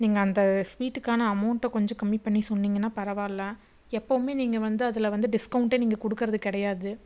நீங்கள் அந்த ஸ்வீட்டுக்கான அமௌண்ட்டை கொஞ்சம் கம்மி பண்ணி சொன்னீங்கன்னா பரவாயில்ல எப்போவுமே நீங்கள் வந்து அதில் வந்து டிஸ்கவுண்ட்டே நீங்கள் கொடுக்கறது கிடையாது